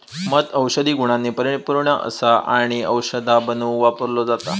मध औषधी गुणांनी परिपुर्ण असा आणि औषधा बनवुक वापरलो जाता